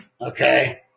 Okay